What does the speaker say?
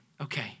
okay